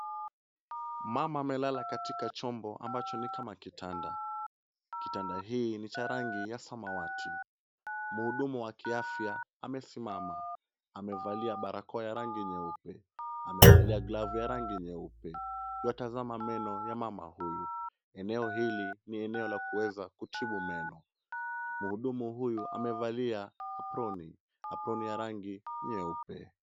Mama amelala katika chombo ambacho ni kama kitanda. Kitanda hiki ni cha rangi ya samawati. Mhudumu wa kiafya amesimama, amevalia barakoa ya rangi nyeupe. Amevalia glavu ya rangi nyeupe. Yuatazama meno ya mama huyu. Eneo hili ni eneo la kuweza kutibu meno. Mhudumu huyu amevalia aproni. Aproni ya rangi nyeupe.